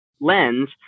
lens